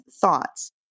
thoughts